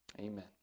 Amen